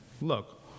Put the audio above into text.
look